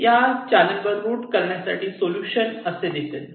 या चॅनेल वर रूट करण्या साठी सोलुशन असे दिसेल